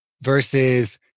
versus